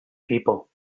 people